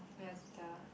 and your Sister uh